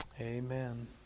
Amen